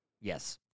Yes